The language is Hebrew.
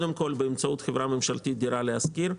קודם כול, באמצעות חברה ממשלתית דירה להשכיר.